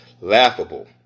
laughable